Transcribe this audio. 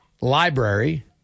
library